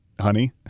honey